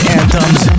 anthems